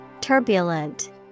Turbulent